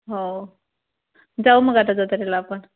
हो जाऊ मग आता जत्रेला आपण